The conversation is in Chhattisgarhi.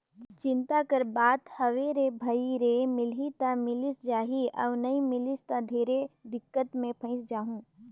चिंता कर बात हवे भई रे मिलही त मिलिस जाही अउ नई मिलिस त ढेरे दिक्कत मे फंयस जाहूँ